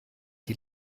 die